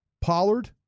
Pollard